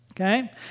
Okay